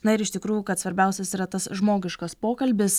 na ir iš tikrųjų kad svarbiausias yra tas žmogiškas pokalbis